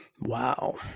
Wow